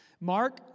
Mark